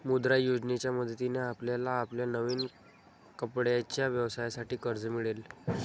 मुद्रा योजनेच्या मदतीने आपल्याला आपल्या नवीन कपड्यांच्या व्यवसायासाठी कर्ज मिळेल